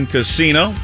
Casino